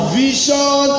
vision